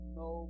no